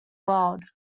world